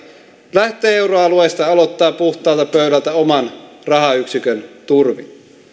lähtee euroalueesta ja aloittaa puhtaalta pöydältä oman rahayksikön turvin